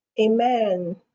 Amen